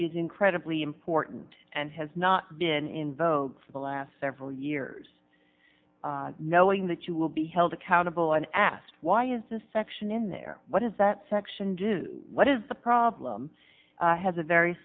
is incredibly important and has not been in vogue for the last several years knowing that you will be held accountable and asked why is the section in there what does that section do what is the problem has a very